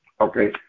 okay